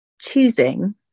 choosing